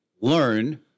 learn